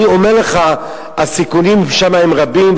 אני אומר לך שהסיכונים שם הם רבים.